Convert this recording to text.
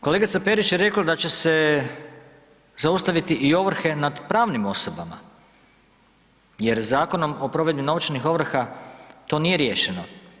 Kolegica Perić je rekla da će se zaustaviti i ovrhe nad pravnim osobama jer Zakonom o provedbi novčanih ovrha to nije riješeno.